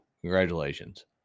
Congratulations